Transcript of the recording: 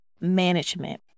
Management